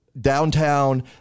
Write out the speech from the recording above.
downtown